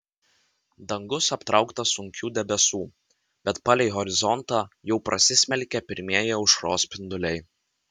dangus aptrauktas sunkių debesų bet palei horizontą jau prasismelkė pirmieji aušros spinduliai